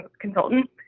consultant